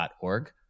org